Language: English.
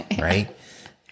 right